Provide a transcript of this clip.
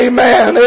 Amen